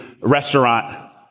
restaurant